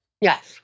Yes